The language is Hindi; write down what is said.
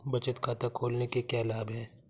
बचत खाता खोलने के क्या लाभ हैं?